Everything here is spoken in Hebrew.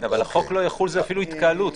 אבל החוק לא יחול זה אפילו התקהלות.